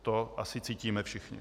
To asi cítíme všichni.